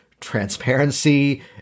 transparency